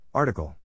Article